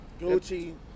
Gucci